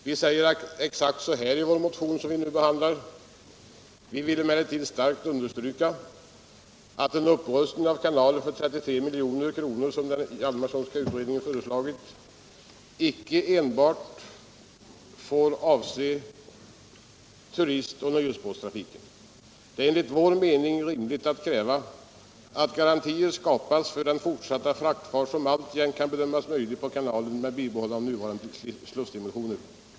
Vi säger exakt så här i vår motion som nu behandlas: ”Vi vill emellertid starkt understryka att en upprustning av kanalen för 33 milj.kr., som utredningen” — den Hjalmarsonska — ”föreslagit, icke bör avse enbart turist och nöjesbåttrafiken. Det är enligt vår mening rimligt att kräva att garantier skapas för den fortsatta fraktfart som alltjämt kan bedömas möjlig på kanalen med bibehållande av nuvarande slussdimensioner.